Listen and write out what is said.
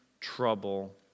trouble